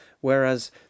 whereas